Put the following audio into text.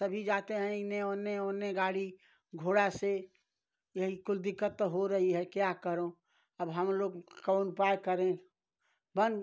सभी जाते हैं इधर उधर उधर गाड़ी घोड़ा से यही कुल दिक्कत तो हो रही है क्या करें अब हमलोग कौन उपाय करें बन